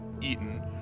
eaten